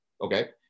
okay